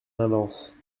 avance